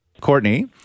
Courtney